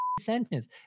sentence